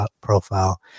profile